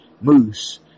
Moose